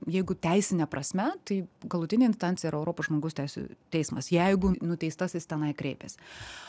jeigu teisine prasme tai galutinė instancija yra europos žmogaus teisių teismas jeigu nuteistasis tenai kreipėsi